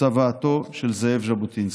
צוואתו של זאב ז'בוטינסקי.